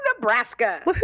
Nebraska